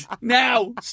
now